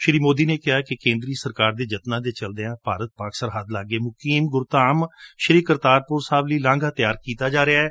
ਸ੍ਰੀ ਮੋਦੀ ਨੇ ਕਿਹਾ ਕਿ ਕੇਂਦਰੀ ਸਰਕਾਰ ਦੇ ਜਤਨਾ ਦੇ ਚਲਦਿਆਂ ਭਾਰਤ ਪਾਕਿ ਸਰਹੱਦ ਲਾਗੇ ਮੁਕੀਮ ਗੁਰਧਾਮ ਕਰਤਾਰਪੁਰ ਸਾਹਿਬ ਲਈ ਲਾਘਾ ਤਿਆਰ ਕੀਤਾ ਜਾ ਰਿਹੈ